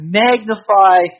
magnify